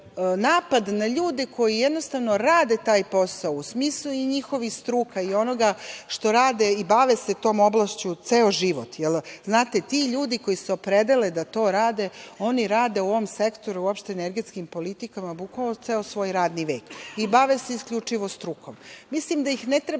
Napad na ljude koji rade taj posao, u smislu i njihovih struka i onoga što rade i bave se tom oblašću ceo život, jer znate, ti ljudi koji se opredele da to rade oni rade u ovom sektoru, uopšte energetskim politikama bukvalno ceo svoj radni vek i bave se isključivo strukom. Mislim da ih ne treba